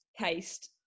taste